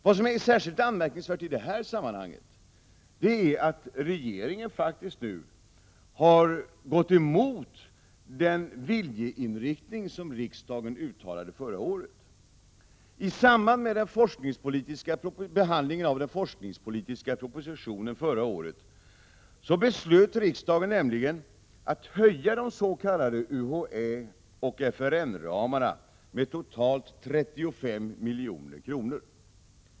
Det är i detta sammanhang särskilt anmärkningsvärt att regeringen nu faktiskt har gått emot den viljeinriktning som riksdagen uttalade förra året. I samband med behandlingen av den forskningspolitiska propositionen förra året beslöt riksdagen nämligen att höja de s.k. UHÄ och FRN-ramarna med totalt 35 milj.kr.